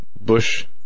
Bush